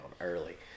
early